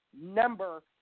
number